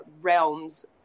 realms